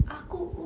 aku